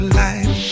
life